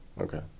Okay